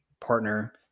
partner